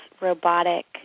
robotic